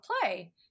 play